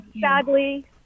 Sadly